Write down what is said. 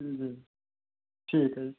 हुँ जी ठीक है